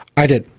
i did.